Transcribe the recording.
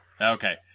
Okay